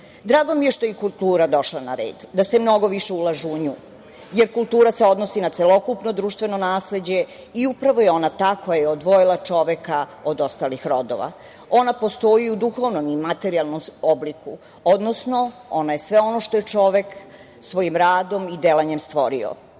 mi je što je i kultura došla na red, da se mnogo više ulaže u nju, jer kultura se odnosi na celokupno društveno nasleđe i upravo je ona ta koja je odvojila čoveka od ostalih rodova. Ona postoji i u duhovnom i materijalnom obliku, odnosno ona je sve ono što je čovek svojim radom i delanjem stvorio.